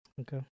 okay